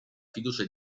fiducia